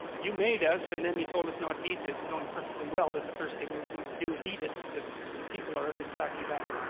you made us and then you told us not to eat this knowing perfectly, well that the first thing we were going to do is eat it because people are of exactly that?